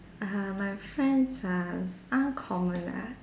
uh my friends are uncommon ah